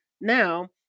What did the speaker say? now